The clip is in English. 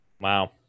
wow